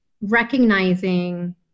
recognizing